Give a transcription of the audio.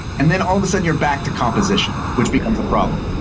and then all of a sudden you're back to composition, which becomes a problem.